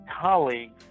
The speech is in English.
colleagues